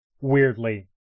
Weirdly